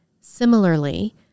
similarly